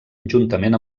juntament